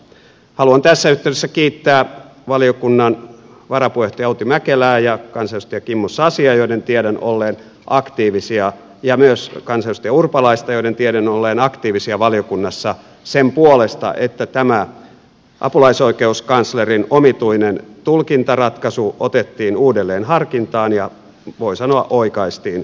haluan tässä yhteydessä kiittää valiokunnan varapuheenjohtaja outi mäkelää ja kansanedustaja kimmo sasi ja joiden tiedän olleen sasia ja myös kansanedustaja urpalaista joiden tiedän olleen aktiivisia valiokunnassa sen puolesta että tämä apulaisoikeuskanslerin omituinen tulkintaratkaisu otettiin uudelleen harkintaan ja voi sanoa oikaistiin perustuslakivaliokunnassa